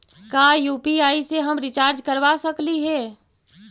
का यु.पी.आई से हम रिचार्ज करवा सकली हे?